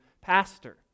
pastor